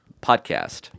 podcast